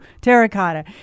Terracotta